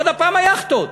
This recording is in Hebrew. עוד הפעם היאכטות?